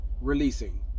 Releasing